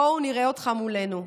בוא ונראה אותך מולנו".